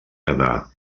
quedar